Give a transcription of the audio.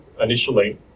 initially